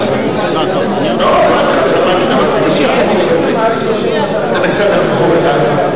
בניית כיתות לימוד חדשות במגזר הערבי),